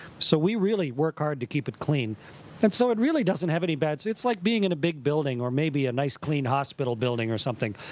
so we really work hard to keep it clean. and so it really doesn't have any bad it's like being in a big building or maybe a nice, clean hospital building or something.